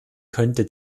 könnte